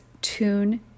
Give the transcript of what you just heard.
tune